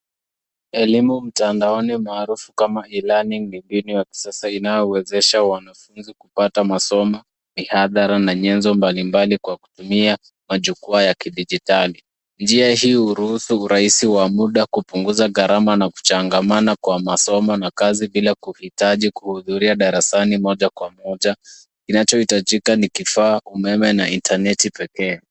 Elimu mtandaoni maarufu kama elearning ni mbinu ya kisasa inayowezesha wanafunzi kupata masomo, mihadhara na nyenzo mbalimbali kwa kutumia majukwaa ya kidijitali. Njia hii huruhusu urahisi wa muda kupunguza gharama na kuchangamana kwa masomo na kazi bila kuhitaji kuhudhuria darasani moja kwa moja. Kinachohitajika ni kifaa umeme na internet pekee.